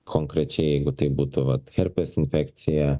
konkrečiai jeigu tai būtų vat herpes infekcija